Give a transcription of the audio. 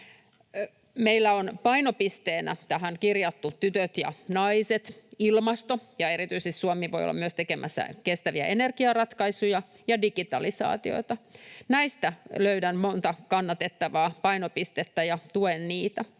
Meillä on painopisteenä tähän kirjattu tytöt ja naiset, ilmasto, ja erityisesti Suomi voi olla myös tekemässä kestäviä energiaratkaisuja ja digitalisaatiota. Näistä löydän monta kannatettavaa painopistettä ja tuen niitä.